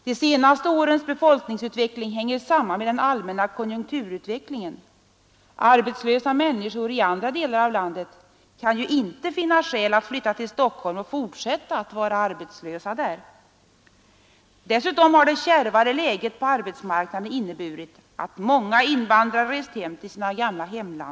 De senaste årens befolkningsutveckling hänger samman med den allmänna konjunkturutvecklingen. Arbetslösa människor i andra delar av Nr 146 vara arbetslösa där. Dessutom har det kärvare läget på arbetsmarknaden Lördagen den inneburit att många invandrare rest tillbaka till sina gamla hemland.